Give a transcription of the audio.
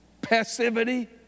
passivity